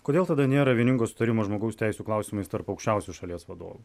kodėl tada nėra vieningos sutarimo žmogaus teisių klausimais tarp aukščiausių šalies vadovų